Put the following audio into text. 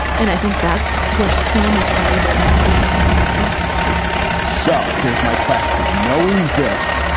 and i think that's where so much valuable information can be found so here's my question knowing this.